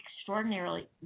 extraordinarily